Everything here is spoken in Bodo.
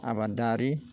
आबादारि